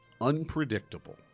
unpredictable